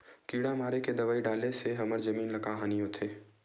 किड़ा मारे के दवाई डाले से हमर जमीन ल का हानि होथे?